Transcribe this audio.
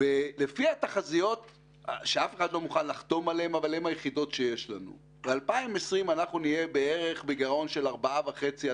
לפי התחזיות שאף אחד לא מוכן לחתום עליהן ב-2020 אנחנו נהיה בגירעון משוער